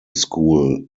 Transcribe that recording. school